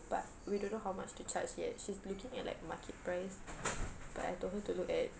but we don't know how much to charge yet she's looking at like the market price but I told her to look at